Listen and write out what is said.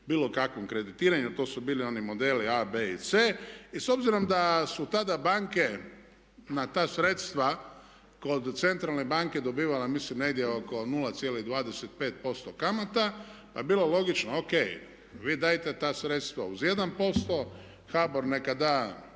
bilo kakvom kreditiranju. To su bili oni modeli A, B i C. I s obzirom da su tada banke na ta sredstva kod centralne banke dobivale mislim negdje oko 0,25% kamata pa je bilo logično ok vi dajte ta sredstva uz 1%, HBOR neka da